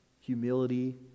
humility